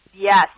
Yes